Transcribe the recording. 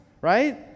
right